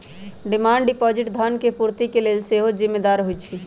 demand deposit धन के पूर्ति के लेल सेहो जिम्मेदार होइ छइ